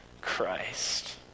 Christ